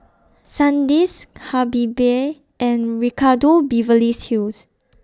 Sandisk Habibie and Ricardo Beverly's Hills